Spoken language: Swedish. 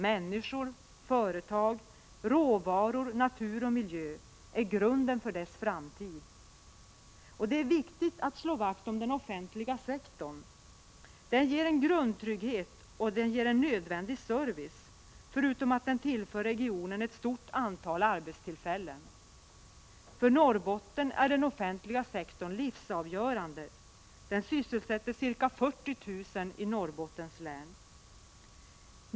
Människor, företag, råvaror, natur och miljö är grunden för dess framtid. Det är viktigt att slå vakt om den offentliga sektorn. Den ger en grundtrygghet och nödvändig service, förutom att den tillför regionen ett stort antal arbetstillfällen. För Norrbotten är den offentliga sektorn livsavgörande. Den sysselsätter ca 40 000 personer i länet.